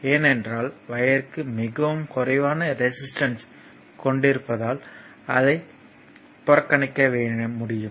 ஏனென்றால் ஒயர்க்கு மிகவும் குறைவான ரெசிஸ்டன்ஸ் கொண்டிருப்பதால் அதை புறக்கணிக்க முடியும்